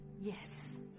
Yes